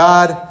God